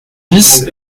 bis